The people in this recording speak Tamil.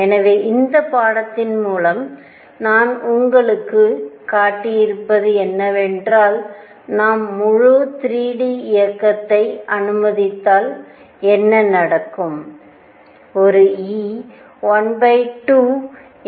எனவே இந்த பாடத்தின் மூலம் நான் உங்கள் மூலம் காட்டியிருப்பது என்னவென்றால் நாம் முழு 3 D இயக்கத்தை அனுமதித்தால் என்ன நடக்கும்